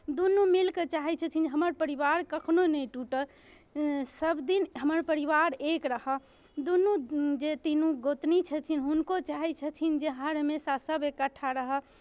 दुनू मिलि कऽ चाहै छथिन हमर परिवार कखनहु नहि टूटय सभदिन हमर परिवार एक रहय दुनू जे तीनू गोतनी छथिन हुनको चाहै छथिन जे हर हमेशा सभ एकठ्ठा रहय